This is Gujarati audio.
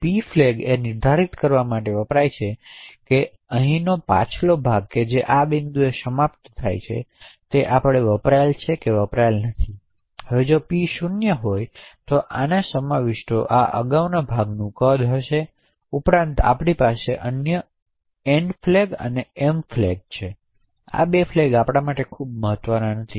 પી ફ્લેગ એ નિર્ધારિત કરવા માટે વપરાય છે કે શું અહીંનો પાછલો ભાગ જે આ બિંદુએ સમાપ્ત થાય છે તે આપણે વપરાયેલ છે અથવા વપરાયેલ નથી હવે જો પી 0 ની બરાબર હોય તો આની સમાવિષ્ટો આ અગાઉના ભાગનું કદ હશે આ ઉપરાંત આપણી પાસે અન્ય એન ફ્લેગ અને એમ ફ્લેગ છે તેથી આ 2 ફ્લેગ આપણા માટે ખૂબ મહત્વના નથી